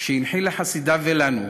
שהוא הנחיל לחסידיו ולנו: